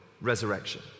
resurrection